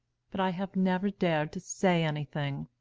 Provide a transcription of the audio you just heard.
but i have never dared to say anything.